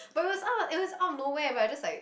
but it was up it was up nowhere but it just like